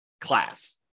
class